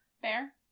Fair